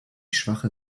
schwache